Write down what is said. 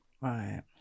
Right